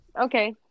Okay